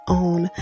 own